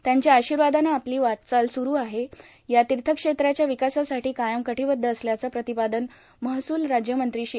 त्यांच्या आशीर्वादानं आपली वाटचाल सुरू असून या तीर्थक्षेत्राच्या विकासासाठी कायम कटिबद्ध असल्याचं प्रतिपादन महसूल राज्यमंत्री श्री